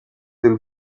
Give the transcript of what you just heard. del